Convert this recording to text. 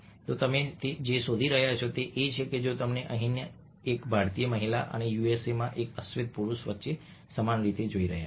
તો તમે જે શોધી રહ્યા છો તે એ છે કે જો તમે અહીંની એક ભારતીય મહિલા અને યુએસમાં એક અશ્વેત પુરુષ વચ્ચે સમાન રીતે જોઈ રહ્યા છો